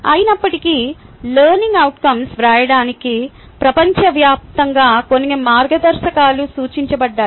అయినప్పటికీ learning outcomes వ్రాయడానికి ప్రపంచవ్యాప్తంగా కొన్ని మార్గదర్శకాలు సూచించబడ్డాయి